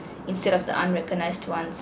instead of the unrecognised ones